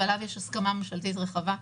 ועליו יש הסכמה ממשלתית רחבה,